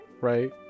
right